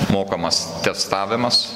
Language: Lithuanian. mokamas testavimas